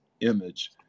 image